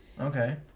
Okay